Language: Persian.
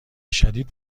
شدید